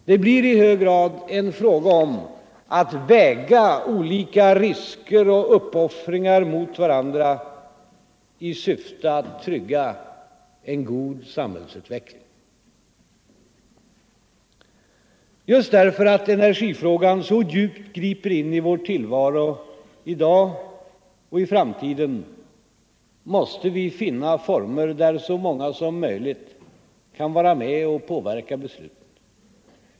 Det blir i hög grad en fråga om att väga olika risker och uppoffringar mot varandra i syfte att trygga en god samhällsutveckling. Just därför att energifrågan så djupt griper in i vår tillvaro i dag och i framtiden måste vi finna former, där så många som möjligt kan vara med och påverka besluten.